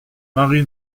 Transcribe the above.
marie